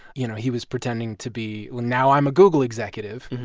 you know, he was pretending to be, well, now i'm a google executive,